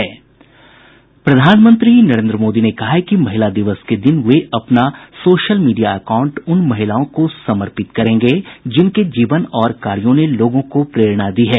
प्रधानमंत्री नरेन्द्र मोदी ने कहा है कि महिला दिवस के दिन वे अपना सोशल मीडिया अकाउंट उन महिलाओं को समर्पित करेंगे जिनके जीवन और कार्यों ने लोगों को प्रेरणा दी है